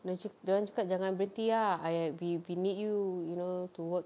dorang ca~ dorang cakap jangan berhenti ah I we we need you you know to work